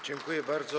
Dziękuję bardzo.